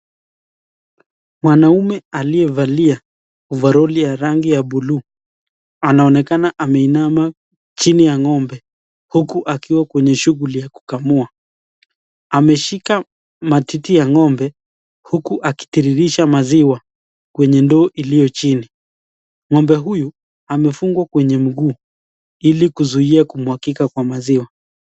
Mwanaume aliyevalia ovaroli ya rangi ya buluu anaonekana ameinama chini ya ng'ombe uku akiwa kwenye shughuli ya kukamua. Ameshika matiti ya ng'ombe uku akitiririsha maziwa kwenye ndoo iliochini. Ng'ombe huyu amefungwa kwenye mguu ili kuzuia kumwangika kwa maziwa.